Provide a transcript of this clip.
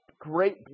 great